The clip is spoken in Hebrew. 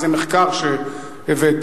זה מחקר שהבאת.